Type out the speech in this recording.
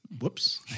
Whoops